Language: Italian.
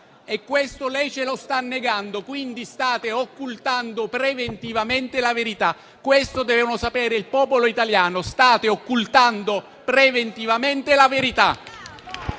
Questo lei ce lo sta negando. Quindi, state occultando preventivamente la verità. Questo deve sapere il popolo italiano: state occultando preventivamente la verità.